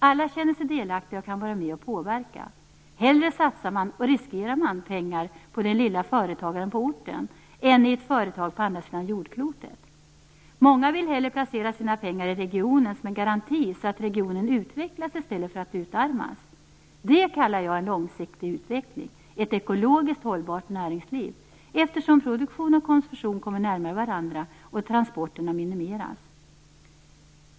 Alla känner sig delaktiga och kan vara med och påverka. Man satsar och riskerar hellre pengar på den lilla företagaren på orten än i ett företag på andra sidan jordklotet. Många vill hellre placera sina pengar i regionen som en garanti så att regionen utvecklas i stället för att utarmas. Det kallar jag en långsiktig utveckling - ett ekologiskt hållbart näringsliv - eftersom produktion och konsumtion kommer närmare varandra och transporterna minimeras.